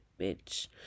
bitch